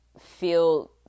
feel